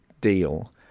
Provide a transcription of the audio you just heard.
deal